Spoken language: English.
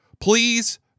Please